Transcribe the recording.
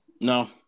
No